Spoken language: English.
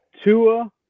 Tua